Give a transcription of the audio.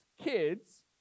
kids